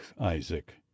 Isaac